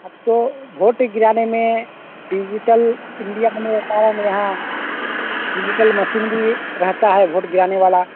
अब तो भोट गिराने में डिजिटल इंडिया यहाँ डिजिटल मशीन भी रहता है वोट गिराने वाला